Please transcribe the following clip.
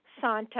Santa